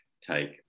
take